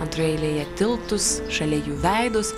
antroje eilėje tiltus šalia jų veidus